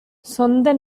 சொந்த